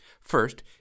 First